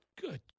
good